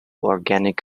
organic